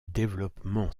développement